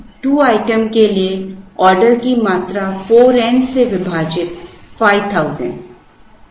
दूसरे आइटम के लिए ऑर्डर की मात्रा होगी 4 n से विभाजित 5000